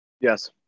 Yes